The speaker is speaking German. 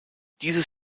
dieses